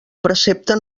precepte